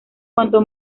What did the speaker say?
cuanto